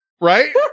Right